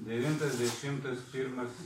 devintas dešimtas pirmas